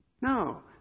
No